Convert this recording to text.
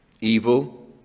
evil